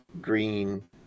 green